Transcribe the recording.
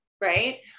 Right